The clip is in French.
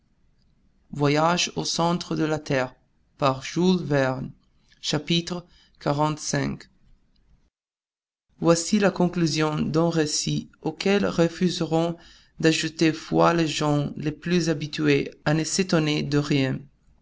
xlv voici la conclusion d'un récit auquel refuseront d'ajouter foi les gens les plus habitués à ne s'étonner de rien